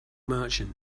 merchant